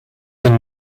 den